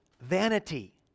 vanity